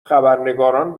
خبرنگاران